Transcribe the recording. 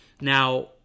Now